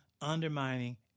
undermining